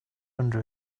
under